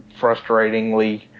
frustratingly